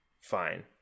fine